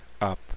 up